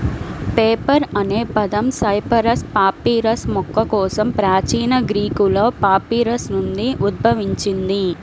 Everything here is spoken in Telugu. పేపర్ అనే పదం సైపరస్ పాపిరస్ మొక్క కోసం ప్రాచీన గ్రీకులో పాపిరస్ నుండి ఉద్భవించింది